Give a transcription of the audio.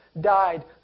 died